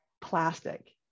plastic